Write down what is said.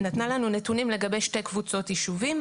נתנה לנו נתונים לגבי שתי קבוצות ישובים: